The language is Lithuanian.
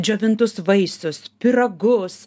džiovintus vaisius pyragus